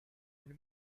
elle